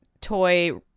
toy